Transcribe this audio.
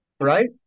right